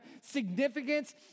significance